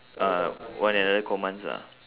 uh one another commands ah